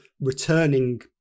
returning